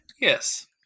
yes